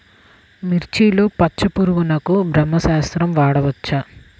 మిర్చిలో పచ్చ పురుగునకు బ్రహ్మాస్త్రం వాడవచ్చా?